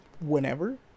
whenever